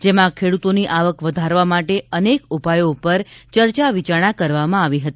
જેમાં ખેડૂતોની આવક વધારવા માટે અનેક ઉપાયો ઉપર ચર્ચા વિચારણા કરવામાં આવી હતી